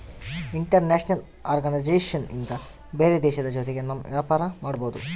international organisation ಇಂದ ಬೇರೆ ದೇಶದ ಜೊತೆಗೆ ನಮ್ ವ್ಯಾಪಾರ ಮಾಡ್ಬೋದು